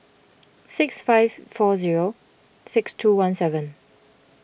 six five four zero six two one seven